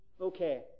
Okay